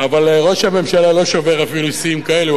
אבל ראש הממשלה לא שובר אפילו שיאים כאלה.